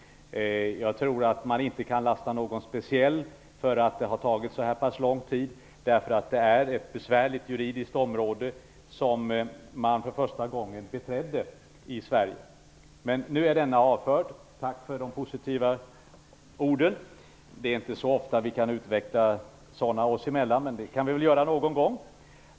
Man kan nog inte lasta någon speciell för att det har tagit så lång tid. Det är ju ett besvärligt juridiskt område som man för första gången i Sverige beträdde. Men nu är frågan avförd från dagordningen. Tack för de positiva orden. Det är inte så ofta vi kan utväxla sådana ord oss emellan. Men det kan man väl göra någon gång.